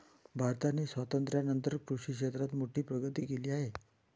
भारताने स्वातंत्र्यानंतर कृषी क्षेत्रात मोठी प्रगती केली आहे